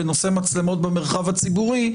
בנושא מצלמות במרחב הציבורי,